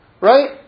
Right